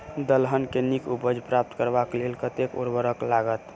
दलहन केँ नीक उपज प्राप्त करबाक लेल कतेक उर्वरक लागत?